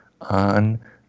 on